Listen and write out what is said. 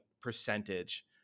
percentage